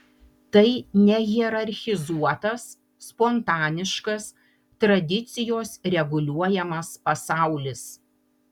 tai nehierarchizuotas spontaniškas tradicijos reguliuojamas pasaulis